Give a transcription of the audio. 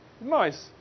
nice